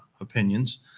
opinions